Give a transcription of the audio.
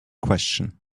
question